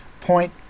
Point